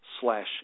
slash